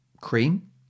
cream